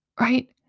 right